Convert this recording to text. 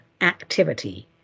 activity